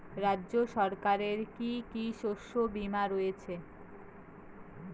রাজ্য সরকারের কি কি শস্য বিমা রয়েছে?